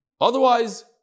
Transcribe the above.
Otherwise